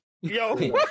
Yo